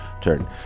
turn